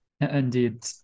Indeed